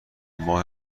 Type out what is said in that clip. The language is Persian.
ماه